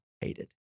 hated